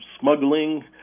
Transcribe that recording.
smuggling